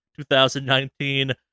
2019